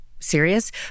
Serious